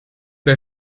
bei